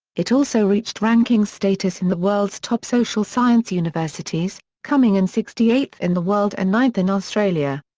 it also reached ranking status in the world's top social science universities, coming in sixty eighth in the world and ninth in australia.